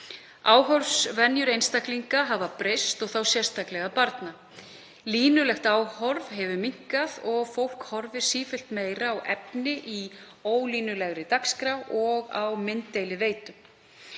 Áhorfsvenjur fólks hafa breyst og þá sérstaklega barna. Línulegt áhorf hefur minnkað og fólk horfir sífellt meira á efni í ólínulegri dagskrá og á mynddeiliveitum.